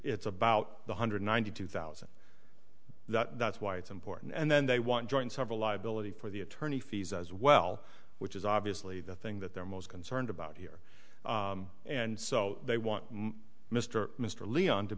it's about one hundred ninety two thousand that's why it's important and then they want joint several liability for the attorney fees as well which is obviously the thing that they're most concerned about here and so they want mr mr leon to